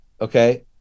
okay